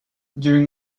during